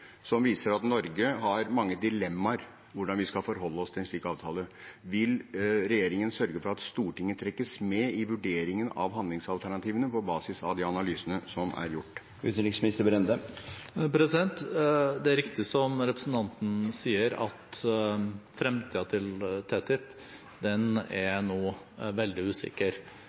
som viser at Norge har mange dilemmaer rundt hvordan vi skal forholde oss til en slik avtale. Vil regjeringen sørge for at Stortinget trekkes med i vurderingen av handlingsalternativene på basis av de analysene som er gjort? Det er riktig, som representanten sier, at fremtiden til TTIP nå er veldig usikker,